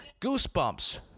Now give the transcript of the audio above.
Goosebumps